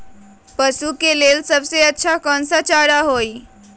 पशु के लेल सबसे अच्छा कौन सा चारा होई?